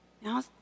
Now